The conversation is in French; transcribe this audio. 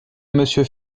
monsieur